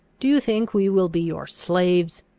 do think we will be your slaves?